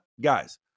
guys